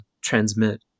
transmit